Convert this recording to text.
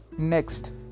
Next